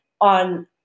on